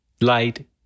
light